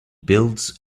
builds